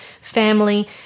family